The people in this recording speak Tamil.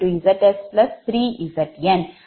இதில் Z1ZsZ2Zs Z0Zs3Zn